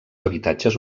habitatges